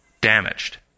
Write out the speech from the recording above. damaged